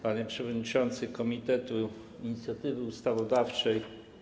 Panie Przewodniczący Komitetu Inicjatywy Ustawodawczej!